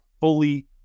fully